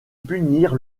punir